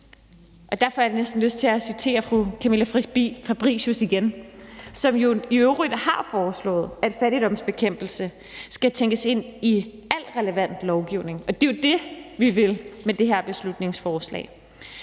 Derfor har jeg næsten lyst til at citere fru Camilla Fabricius igen, som jo i øvrigt har foreslået, at fattigdomsbekæmpelse skal tænkes ind i al relevant lovgivning. Det er jo det, vi vil med det her beslutningsforslag.